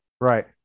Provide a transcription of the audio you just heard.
right